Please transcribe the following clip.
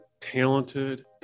talented